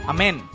Amen